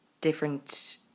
different